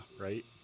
Right